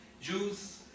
Jews